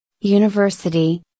University